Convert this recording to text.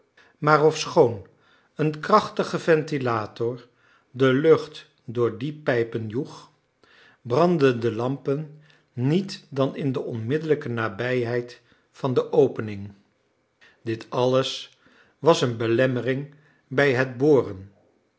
maar ofschoon een krachtige ventilator de lucht door die pijpen joeg brandden de lampen niet dan in de onmiddellijke nabijheid van de opening dit alles was een belemmering bij het boren